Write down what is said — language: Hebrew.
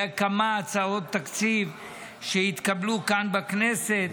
היו כמה הצעות תקציב שהתקבלו כאן בכנסת,